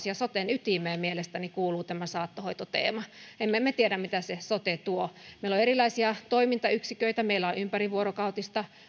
ja soten ytimeen mielestäni kuuluu tämä saattohoitoteema emme me tiedä mitä se sote tuo meillä on erilaisia toimintayksiköitä meillä on ympärivuorokautista